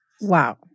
Wow